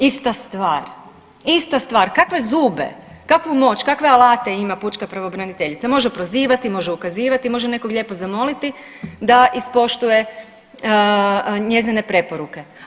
Ista stvar, ista stvar, kakve zube, kakvu moć, kakve alate ima pučka pravobraniteljica može prozivati, može ukazivati, može nekog lijepo zamoliti da ispoštuje njezine preporuke.